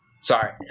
Sorry